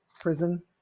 prison